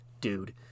dude